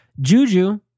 Juju